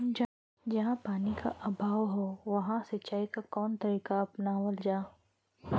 जहाँ पानी क अभाव ह वहां सिंचाई क कवन तरीका अपनावल जा?